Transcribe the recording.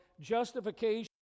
justification